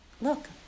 look